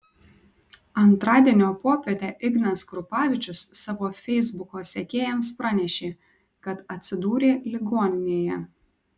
antradienio popietę ignas krupavičius savo feisbuko sekėjams pranešė kad atsidūrė ligoninėje